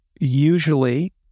usually